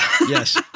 Yes